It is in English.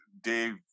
Dave